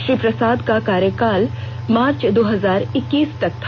श्री प्रसाद का कार्यकाल मार्च दो हजार इक्कीस तक था